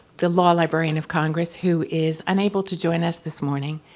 the law librarian of congress who is unable to join us this morning,